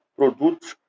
produtos